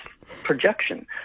projection